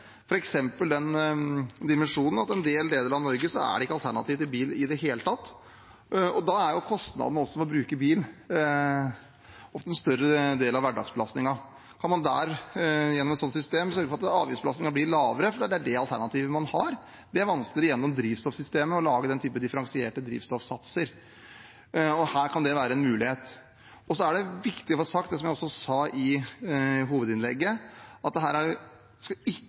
den dimensjonen at i deler av Norge er det ikke alternativer til bil i det hele tatt. Da er jo også kostnaden med å bruke bil ofte en større del av hverdagsbelastningen. Så kan man der, gjennom et slikt system, sørge for at avgiftsbelastningen blir lavere, for det er det alternativet man har. Det er vanskeligere gjennom drivstoffsystemet å lage den type differensierte drivstoffsatser, og her kan det være en mulighet. Så er det viktig å få sagt, som jeg også sa i hovedinnlegget, at